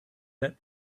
let